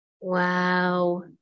Wow